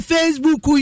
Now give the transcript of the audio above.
Facebook